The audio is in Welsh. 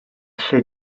lle